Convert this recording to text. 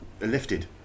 lifted